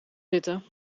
zitten